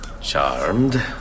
charmed